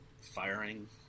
firing